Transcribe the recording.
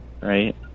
right